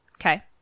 Okay